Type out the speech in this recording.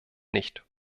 nicht